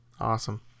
Awesome